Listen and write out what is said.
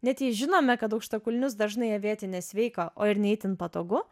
net jei žinome kad aukštakulnius dažnai avėti nesveika o ir ne itin patogu